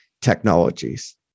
technologies